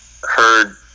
heard